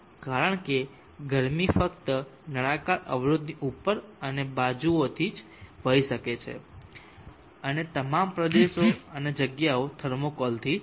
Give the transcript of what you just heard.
કારણ કે ગરમી ફક્ત નળાકાર અવરોધની ઉપર અને બાજુઓથી જ વહી શકે છે અન્ય તમામ પ્રદેશો અને જગ્યાઓ થર્મોકોલથી બંધ છે